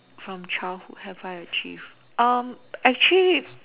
from childhood have I achieved actually